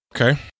Okay